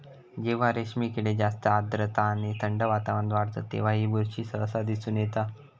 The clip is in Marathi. जेव्हा रेशीम किडे जास्त आर्द्रता आणि थंड वातावरणात वाढतत तेव्हा ही बुरशी सहसा दिसून येता